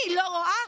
אני לא רואה.